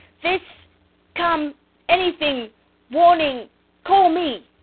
this come anything warning call me.